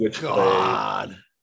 God